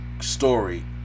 story